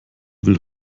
will